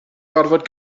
gorfod